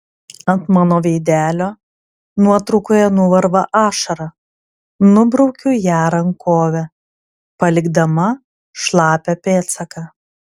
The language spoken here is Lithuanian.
ant mano veidelio nuotraukoje nuvarva ašara nubraukiu ją rankove palikdama šlapią pėdsaką